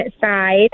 side